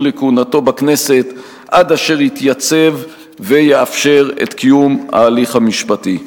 לכהונתו בכנסת עד אשר יתייצב ויאפשר את קיום ההליך המשפטי.